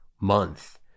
month